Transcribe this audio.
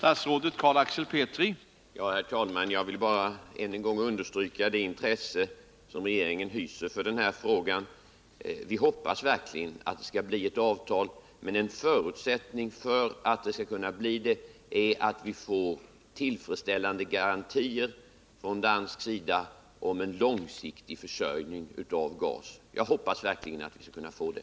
Herr talman! Jag vill bara än en gång understryka det intresse som regeringen hyser för den här frågan. Vi hoppas verkligen att det skall bli ett avtal, men en förutsättning är att vi får tillfredsställande garantier från dansk sida för en långsiktig försörjning av gas. Jag hoppas verkligen att vi skall kunna få det.